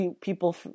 people